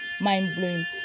mind-blowing